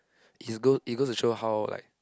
is go it goes to show how like